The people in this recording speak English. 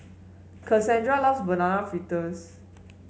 Cassandra loves Banana Fritters